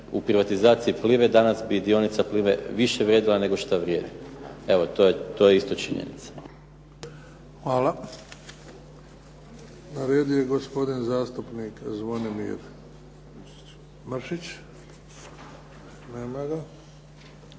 u privatizaciji Plive, danas bi dionica Plive više vrijedila nego što vrijedi. Evo to je isto činjenica. **Bebić, Luka (HDZ)** Hvala. Na redu je gospodin zastupnik Zvonimir Mršić. Nema ga.